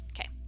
Okay